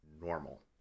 normal